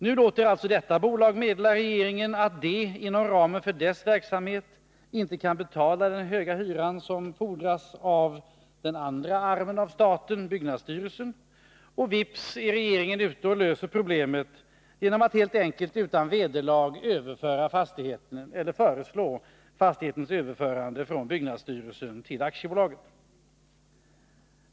Nu låter alltså detta bolag meddela regeringen att det, inom ramen för dess verksamhet, inte kan betala den högre hyra som fordras av den andra armen av staten, byggnadsstyrelsen. Vips är då regeringen ute och löser problemet genom att helt enkelt föreslå fastighetens överförande från byggnadsstyrelsen till aktiebolaget utan vederlag.